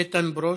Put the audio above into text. איתן ברושי.